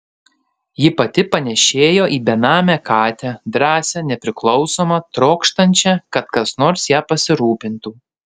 ji pati panėšėjo į benamę katę drąsią nepriklausomą trokštančią kad kas nors ja pasirūpintų